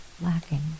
lacking